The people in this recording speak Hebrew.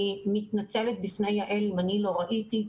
אני מתנצלת בפני יעל אם אני לא ראיתי,